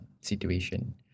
situation